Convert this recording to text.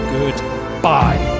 Goodbye